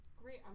Great